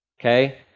okay